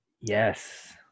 Yes